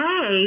hey